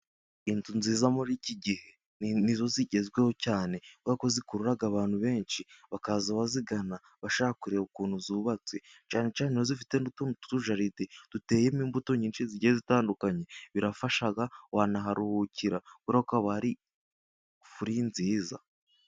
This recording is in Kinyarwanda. Inzu nziza muri iki gihe, ni nizo zigezweho cyane, kubera ko zikurura abantu benshi, bakaza bazigana bashaka kureba ukuntu zubatse, cyane cyane iyo zifite n'utundi tujaride duteyemo imbuto, nyinshi zigenda zitandukanye, birafasha wanaharuhukira kubera ko haba hari furi nziza.